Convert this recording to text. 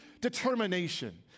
determination